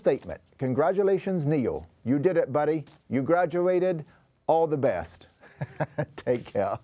statement congratulations neil you did it buddy you graduated all the best